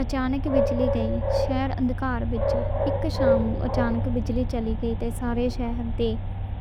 اچانک بجلی چلی گئی، شہر اندھکار وچ ڈُب گیا، سارے شہر تے